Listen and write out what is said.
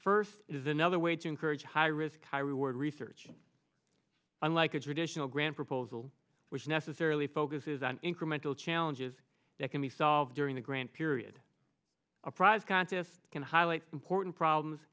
first is another way to encourage high risk high reward research unlike a traditional grant proposal which necessarily focuses on incremental challenges that can be solved during the grant period apprise qantas can highlight important problems